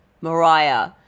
Mariah